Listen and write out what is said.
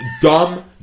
dumb